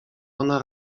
ona